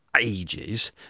ages